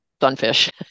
sunfish